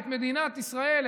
את מדינת ישראל,